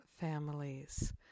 families